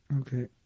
okay